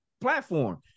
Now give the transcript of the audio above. platform